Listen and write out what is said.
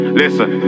listen